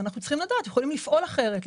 אנחנו צריכים לדעת כי יכולים לפעול אחרת,